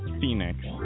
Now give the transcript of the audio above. Phoenix